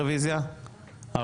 86, מי בעד?